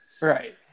Right